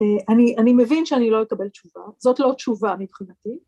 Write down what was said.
‫אני מבין שאני לא אקבל תשובה, ‫זאת לא תשובה מבחינתי.